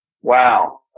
Wow